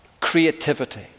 Creativity